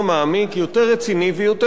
יותר רציני ויותר כולל,